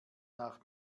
nach